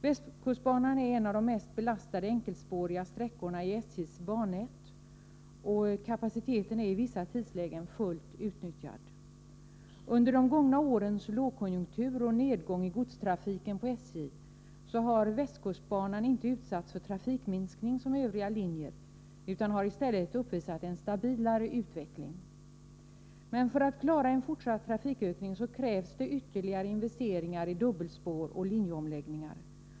Västkustbanan är en av de mest belastade enkelspåriga sträckorna i SJ:s bannät, och kapaciteten är i vissa tidslägen fullt utnyttjad. Under de gångna årens lågkonjunktur och nedgång i godstrafiken på SJ har västkustbanan inte utsatts för trafikminskning som övriga linjer, utan har i stället uppvisat en stabilare utveckling. Men för att klara en fortsatt trafikökning krävs det ytterligare investeringar i dubbelspår och linjeomläggningar.